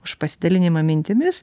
už pasidalinimą mintimis